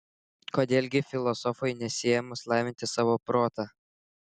kodėl gi filosofui nesiėmus lavinti savo protą